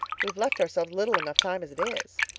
we've left ourselves little enough time as it is.